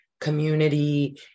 community